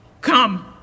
Come